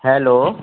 hello